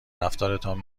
رفتارتان